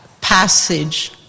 passage